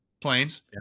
planes